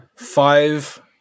five